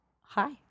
Hi